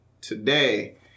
today